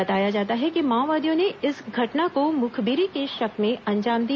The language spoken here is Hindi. बताया जाता है कि माओवादियों ने इस घटना को मुखबिरी के शक में अंजाम दिया